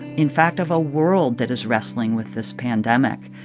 in fact, of a world that is wrestling with this pandemic.